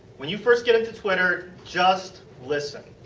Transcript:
when you first get into twitter, just listen.